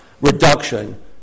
reduction